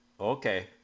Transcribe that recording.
Okay